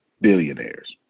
billionaires